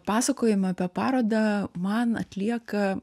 pasakojimą apie parodą man atlieka